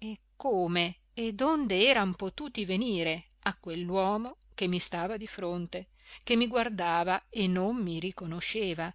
e come e donde eran potuti venire a quell'uomo che mi stava di fronte che mi guardava e non mi riconosceva